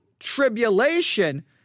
Tribulation